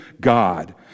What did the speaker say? God